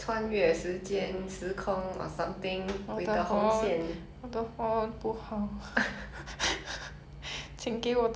next next my turn